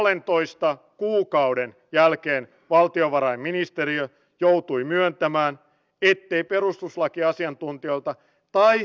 mutta mitä pidempään maassa oleilee sitä korkeammaksi se nousee